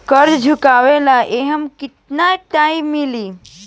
कर्जा चुकावे ला एमे केतना टाइम मिली?